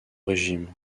régime